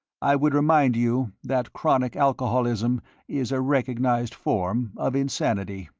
i would remind you that chronic alcoholism is a recognized form, of insanity.